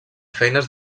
feines